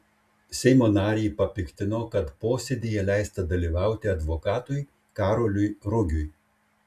seimo narį papiktino kad posėdyje leista dalyvauti advokatui karoliui rugiui